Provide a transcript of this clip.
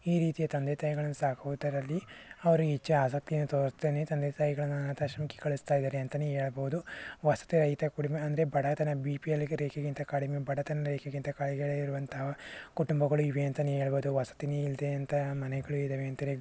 ಈ ರೀತಿಯ ತಂದೆ ತಾಯಿಗಳನ್ನು ಸಾಕುವುದರಲ್ಲಿ ಅವರು ಹೆಚ್ಚು ಆಸಕ್ತಿಯನ್ನು ತೋರಿಸದೇನೆ ತಂದೆ ತಾಯಿಗಳನ್ನು ಅನಾಥಾಶ್ರಮಕ್ಕೆ ಕಳಿಸ್ತಾಯಿದ್ದಾರೆ ಅಂತಲೇ ಹೇಳ್ಬೋದು ವಸತಿ ರಹಿತ ಕುಡಿಮೆ ಅಂದರೆ ಬಡತನ ಬಿ ಪಿ ಎಲ್ಗೆ ರೇಖೆಗಿಂತ ಕಡಿಮೆ ಬಡತನ ರೇಖೆಗಿಂತ ಕಳ ಕೆಳಗಿರುವಂತಹ ಕುಟುಂಬಗಳು ಇವೆ ಅಂತಲೇ ಹೇಳ್ಬೋದು ವಸತಿಯೇ ಇಲ್ಲದೇ ಅಂಥ ಮನೆಗಳು ಇದ್ದಾವೆ ಅಂತಲೇ